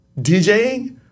DJing